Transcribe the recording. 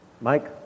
Mike